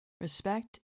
Respect